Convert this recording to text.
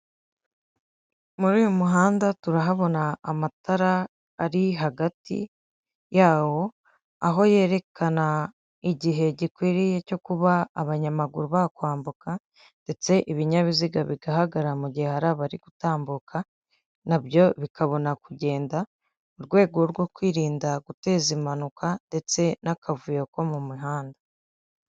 Muri uyu muhanda turahabona amatara ari hagati yawo, aho yerekana igihe gikwiriye cyo kuba abanyamaguru bakwambuka ndetse ibinyabiziga bigahagarara mu gihe hari abari gutambuka, n'abyo bikabona kugenda, mu rwego rwo kwirinda guteza impanuka ndetse n'akavuyo ko mu mihanda.